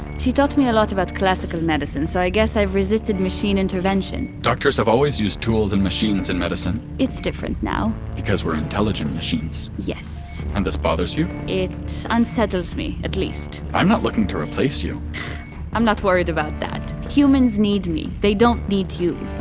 she taught me a lot about classical medicine, so i guess i've resisted machine intervention doctors have always used tools and machines in medicine it's different now because we're intelligent machines yes and this bothers you? it unsettles me, at least i'm not looking to replace you i'm not worried about that. humans need me, they don't need you.